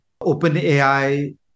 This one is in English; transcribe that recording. OpenAI